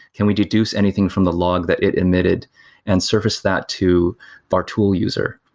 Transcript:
can we deduce anything from the log that it emitted and surface that to our tool user?